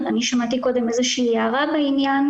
אני שמעתי קודם איזו שהיא הערה בעניין.